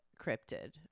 cryptid